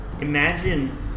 Imagine